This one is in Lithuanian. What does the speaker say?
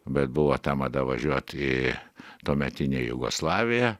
bet buvo ta mada važiuot į tuometinę jugoslaviją